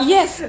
Yes